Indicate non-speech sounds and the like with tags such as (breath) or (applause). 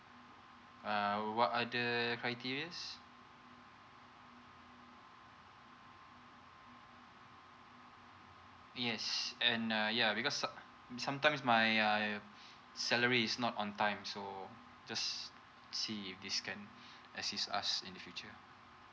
uh what are the criteria yes and uh ya because some sometimes my uh (breath) salary is not on time so just see if this can (breath) assist us in the future